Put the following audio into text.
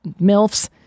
milfs